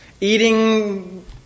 eating